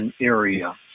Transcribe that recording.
area